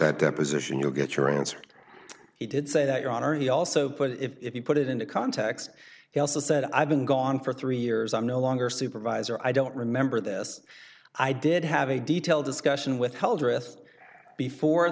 that deposition you'll get your answer he did say that your honor he also put it if you put it into context he also said i've been gone for three years i'm no longer supervisor i don't remember this i did have a detailed discussion with held wrist before